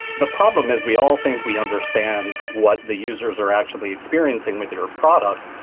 the problem is we all think we understand what the users are actually experiencing with their product.